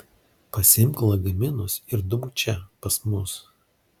pasiimk lagaminus ir dumk čia pas mus